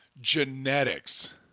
genetics